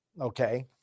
okay